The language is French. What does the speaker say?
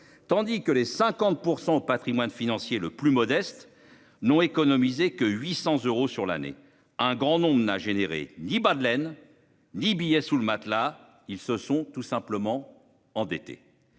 tandis que les 50% au Patrimoine financier le plus modeste non économiser que 800 euros sur l'année un grand nombre de n'a généré ni bas de laine 10 billets sous le matelas. Ils se sont tout simplement endetté